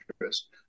interest